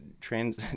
trans